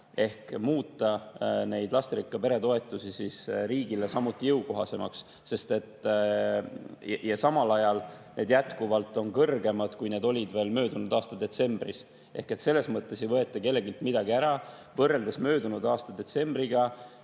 teha? Muuta neid lasterikka pere toetusi siis riigile samuti jõukohasemaks. Samal ajal on need jätkuvalt kõrgemad, kui need olid veel möödunud aasta detsembris. Ehk selles mõttes ei võeta kelleltki midagi ära. Võrreldes möödunud aasta detsembriga